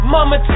Mama